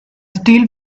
steel